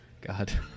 God